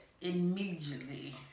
immediately